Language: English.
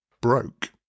broke